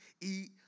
eat